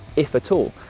if at all.